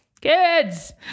Kids